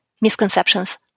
misconceptions